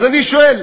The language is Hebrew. אז אני שואל,